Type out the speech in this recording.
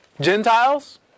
Gentiles